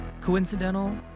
coincidental